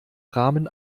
rahmen